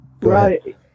Right